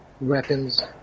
weapons